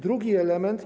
Drugi element.